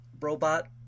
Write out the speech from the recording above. robot